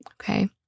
Okay